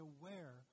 aware